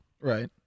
Right